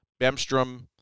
Bemstrom